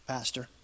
Pastor